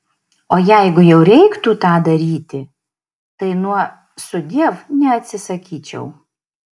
o jeigu jau reiktų tą daryti tai nuo sudiev neatsisakyčiau